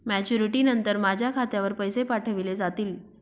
Maturity नंतर माझ्या खात्यावर पैसे पाठविले जातील?